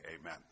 amen